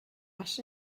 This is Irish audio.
ais